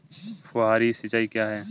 फुहारी सिंचाई क्या है?